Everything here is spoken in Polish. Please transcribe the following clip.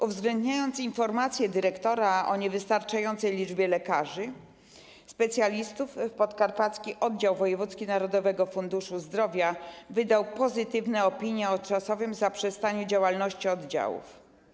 Uwzględniając informacje dyrektora o niewystarczającej liczbie lekarzy specjalistów, Podkarpacki Oddział Wojewódzki Narodowego Funduszu Zdrowia wydał pozytywne opinie o czasowym zaprzestaniu działalności oddziałów.